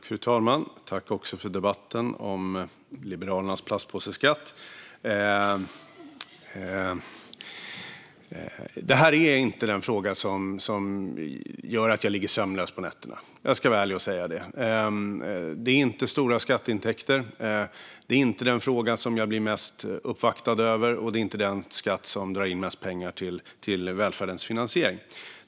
Fru talman! Jag tackar för debatten om Liberalernas plastpåseskatt. Det här är inte den fråga som gör att jag ligger sömnlös på nätterna. Jag ska vara ärlig och säga det. Det är inte stora skatteintäkter. Det är inte den fråga som jag blir mest uppvaktad om, och det är inte den skatt som drar in mest pengar till välfärdens finansiering.